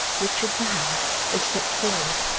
richard bowed and stepped forward.